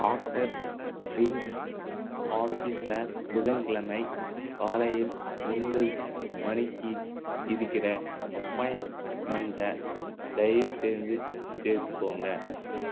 doctor Green's ஆஃபீஸில் புதன்கிழமை காலையில் ஒன்பது மணிக்கு இருக்கிற அப்பாயின்மெண்ட்டை தயவுசெய்து சேர்த்துக்கங்க